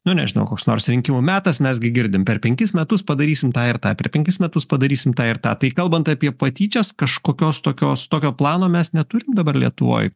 nu nežinau koks nors rinkimų metas mes gi girdim per penkis metus padarysim tą ir tą per penkis metus padarysim tą ir tą tai kalbant apie patyčias kažkokios tokios tokio plano mes neturim dabar lietuvoj